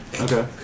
Okay